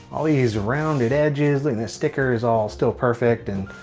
all these rounded edges, like this sticker is all still perfect and